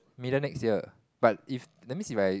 middle next year but if that means if I